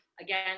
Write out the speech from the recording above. again